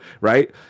right